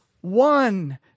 one